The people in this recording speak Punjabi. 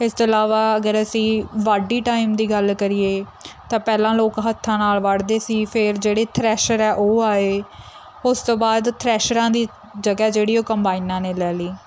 ਇਸ ਤੋਂ ਇਲਾਵਾ ਅਗਰ ਅਸੀਂ ਵਾਢੀ ਟਾਈਮ ਦੀ ਗੱਲ ਕਰੀਏ ਤਾਂ ਪਹਿਲਾਂ ਲੋਕ ਹੱਥਾਂ ਨਾਲ ਵੱਢਦੇ ਸੀ ਫਿਰ ਜਿਹੜੇ ਥਰੈਸ਼ਰ ਆ ਉਹ ਆਏ ਉਸ ਤੋਂ ਬਾਅਦ ਥਰੈਸ਼ਰਾਂ ਦੀ ਜਗ੍ਹਾ ਜਿਹੜੀ ਉਹ ਕੰਬਾਈਨਾਂ ਨੇ ਲੈ ਲਈ